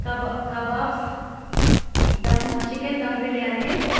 కబా kebabs dum chicken dum biryani